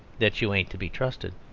that you ain't to be trusted